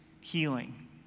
healing